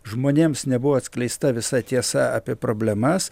žmonėms nebuvo atskleista visa tiesa apie problemas